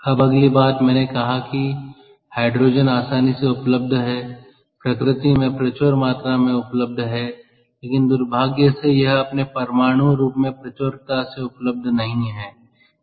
अब अगली बात मैंने कहा कि हाइड्रोजन आसानी से उपलब्ध है प्रकृति में प्रचुर मात्रा में उपलब्ध है लेकिन दुर्भाग्य से यह अपने परमाणु रूप में प्रचुरता से उपलब्ध नहीं है